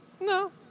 No